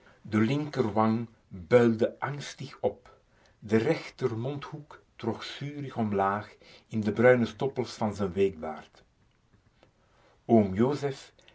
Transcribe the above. de linker wang builde angstig op de rechter mondhoek trok zurig omlaag in de bruine stoppels van z'n weekbaard